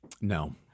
No